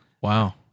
wow